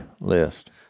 list